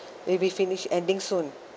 it will be finish ending soon